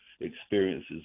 experiences